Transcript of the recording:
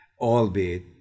albeit